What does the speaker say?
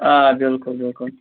آ بِلکُل بِلکُل